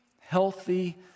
healthy